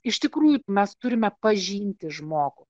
iš tikrųjų mes turime pažinti žmogų